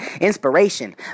inspiration